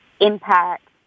impact